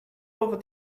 over